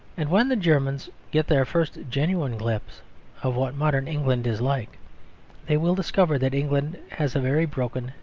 and when the germans get their first genuine glimpse of what modern england is like they will discover that england has a very broken,